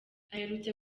aherutse